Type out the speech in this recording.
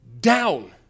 down